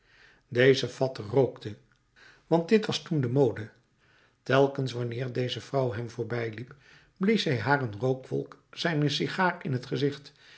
deze fat rookte want dit was toen de mode telkens wanneer deze vrouw hem voorbijging blies hij haar een rookwolk zijner sigaar in t gezicht